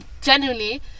genuinely